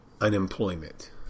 unemployment